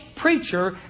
preacher